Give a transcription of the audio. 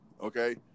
Okay